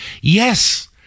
Yes